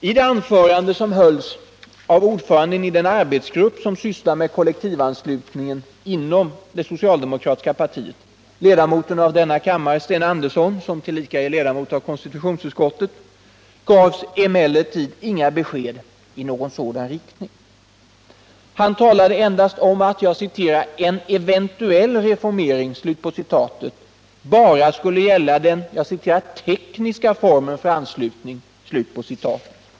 I det anförande som hölls av ordföranden i den grupp som sysslar med kollektivanslutningen inom partiet, ledamoten av denna kammare Sten Andersson, som tillika är ledamot av konstitutionsutskottet, gavs emellertid inga besked i någon sådan riktning. Sten Andersson talade endast om att ”en eventuell reformering” bara skulle gälla den ”tekniska formen för anslutning”.